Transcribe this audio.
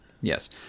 Yes